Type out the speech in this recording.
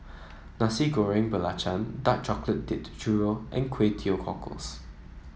Nasi Goreng Belacan Dark Chocolate Dipped Churro and Kway Teow Cockles